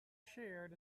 shared